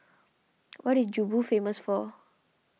what is Juba famous for